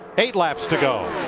eight laps to go.